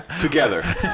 together